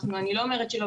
אני לא אומרת שלא.